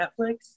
Netflix